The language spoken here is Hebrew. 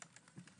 פעולה.